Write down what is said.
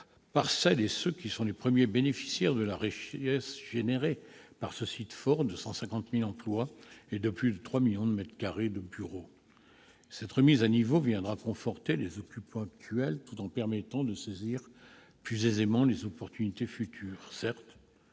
par celles et ceux qui sont les premiers bénéficiaires de la richesse générée par ce site fort de 150 000 emplois et de plus de 3 millions de mètres carrés de bureaux. Cette remise à niveau viendra conforter les occupants actuels tout en permettant de saisir plus aisément les opportunités futures. Certes,